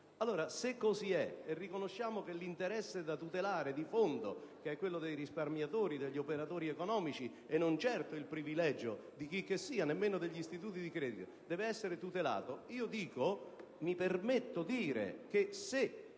Se così è, e riconosciamo che l'interesse di fondo da tutelare (che è quello dei risparmiatori, degli operatori economici, e non certo il privilegio di chicchessia, nemmeno degli istituti di credito) deve essere tutelato, dico - mi permetto di dire - che se,